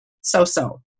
so-so